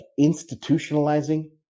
institutionalizing